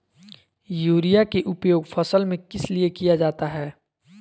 Urea के उपयोग फसल में किस लिए किया जाता है?